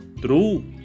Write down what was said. true